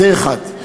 זה דבר אחד,